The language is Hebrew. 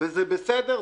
וזה בסדר.